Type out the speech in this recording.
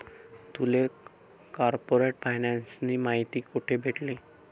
तुले कार्पोरेट फायनान्सनी माहिती कोठे भेटनी?